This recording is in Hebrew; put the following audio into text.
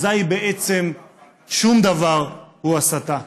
אזי בעצם שום דבר הוא לא הסתה.